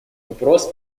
вопрос